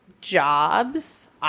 jobs